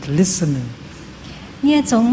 listening